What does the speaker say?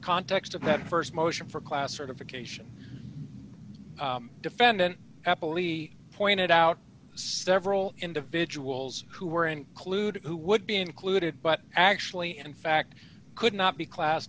context of that st motion for class certification defendant apple e pointed out several individuals who were included who would be included but actually and fact could not be class